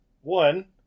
One